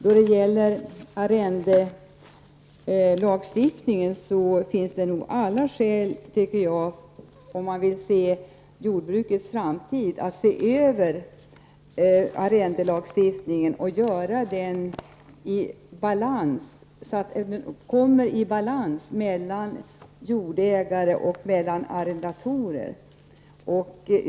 Med tanke på jordbrukets framtid finns det alla skäl, tycker jag, att se över arrendelagstiftningen, så att det blir balans mellan jordägare och arrendatorer.